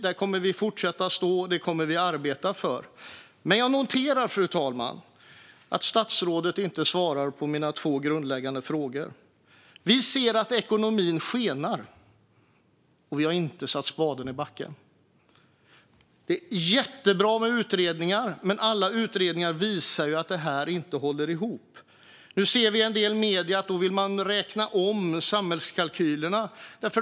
Där kommer vi att fortsätta stå. Det kommer vi att arbeta för. Fru talman! Jag noterar att statsrådet inte svarar på mina två grundläggande frågor. Vi ser att ekonomin skenar, och man har inte ens satt spaden i backen. Det är jättebra med utredningar. Men alla utredningar visar ju att det här inte går ihop. Nu ser vi i en del medier att man vill räkna om samhällskalkylerna.